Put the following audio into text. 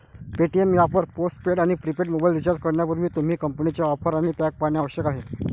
Paytm app वर post paid आणि prepaid mobile recharge करण्यापूर्वी, तुम्ही कंपनीच्या ऑफर आणि पॅक पाहणे आवश्यक आहे